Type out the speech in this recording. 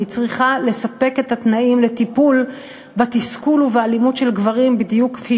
והיא צריכה לספק את התנאים לטיפול בתסכול ובאלימות של גברים בדיוק כפי